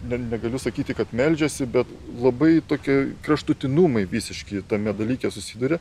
ne negaliu sakyti kad meldžiasi bet labai tokie kraštutinumai visiški tame dalyke susiduria